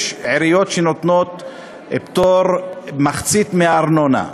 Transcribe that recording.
יש עיריות שנותנות פטור ממחצית הארנונה.